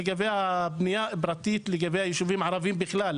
לגבי הבנייה הפרטית לגבי היישובים הערבים בכלל,